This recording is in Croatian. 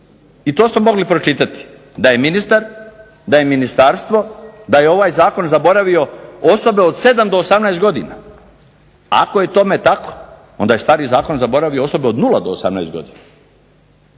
I to ste mogli pročitati da je ministar, da je ministarstvo, da je ovaj zakon zaboravio osobe od 7 do 18 godina. Ako je tome tako onda je stari zakon zaboravio osobe od 0 do 18 godina.